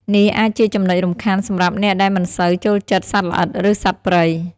នេះអាចជាចំណុចរំខានសម្រាប់អ្នកដែលមិនសូវចូលចិត្តសត្វល្អិត ឬសត្វព្រៃ។